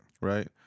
Right